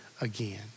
again